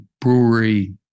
brewery